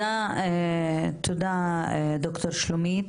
תודה דוקטור שלומית.